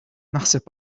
naħseb